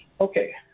Okay